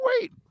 wait